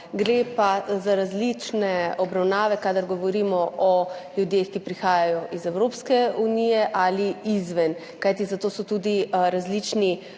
Gre pa za različne obravnave, kadar govorimo o ljudeh, ki prihajajo iz Evropske unije ali izven. Kajti za to so tudi različni